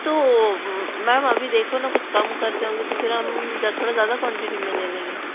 तो मैम अभी देखो न कुछ कम करते होंगे तो फ़िर हम ज थोड़ा ज़्यादा क्वंटीटी में ले लेंगे